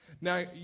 Now